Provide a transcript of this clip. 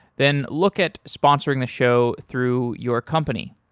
then look at sponsoring the show through your company.